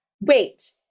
Wait